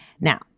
Now